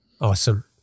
Awesome